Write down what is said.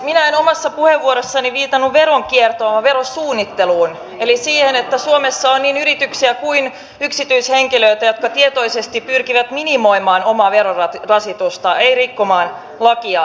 minä en omassa puheenvuorossani viitannut veronkiertoon vaan verosuunnitteluun eli siihen että suomessa on niin yrityksiä kuin yksityishenkilöitä jotka tietoisesti pyrkivät minimoimaan omaa verorasitusta eivät rikkomaan lakia